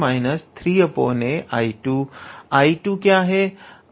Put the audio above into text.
𝐼2 क्या है